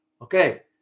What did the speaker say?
okay